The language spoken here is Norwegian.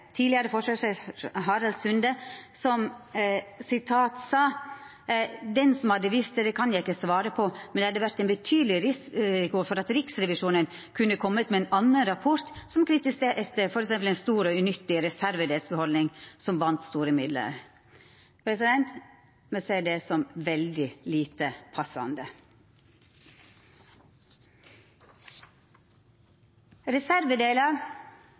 som hadde visst det – det kan jeg ikke svare på. Men det hadde vært en betydelig risiko for at Riksrevisjonen kunne kommet med en annen rapport, som kritiserte en stor og unyttig reservedelsbeholdning som bandt store midler.» Me ser det som veldig lite